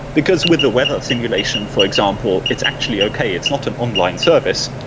because with the weather simulation, for example, it's actually okay it's not an online service.